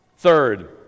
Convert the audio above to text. Third